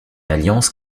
alliance